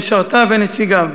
משרתיו ונציגיו.